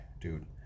dude